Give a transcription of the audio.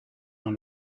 dans